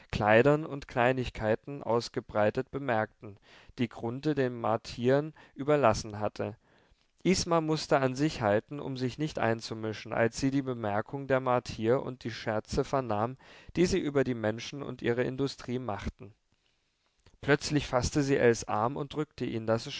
kleidern und kleinigkeiten ausgebreitet bemerkten die grunthe den martiern überlassen hatte isma mußte an sich halten um sich nicht einzumischen als sie die bemerkungen der martier und die scherze vernahm die sie über die menschen und ihre industrie machten plötzlich faßte sie ells arm und drückte ihn daß